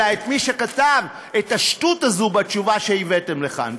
אלא את מי שכתב את השטות הזו בתשובה שהבאתם לכאן.